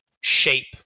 shape